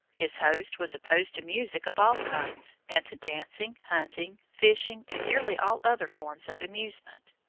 his host was opposed to music of all kinds, and to dancing, hunting, fishing and nearly all other forms of amusement.